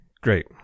Great